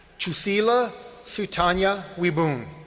chusela sutanya wibun,